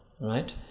Right